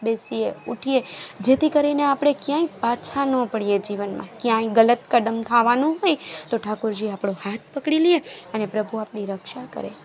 બેસીએ ઊઠીએ જેથી કરીને આપણે ક્યાંય પાછા ના પડીએ જીવનમાં ક્યાંય ગલત કદમ ખાવાનું હોય તો ઠાકોરજી આપણો હાથ પકડી લે અને પ્રભુ આપણી રક્ષા કરે